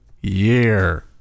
year